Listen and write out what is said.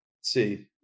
see